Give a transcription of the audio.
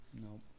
No